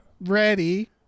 ready